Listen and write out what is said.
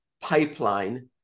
pipeline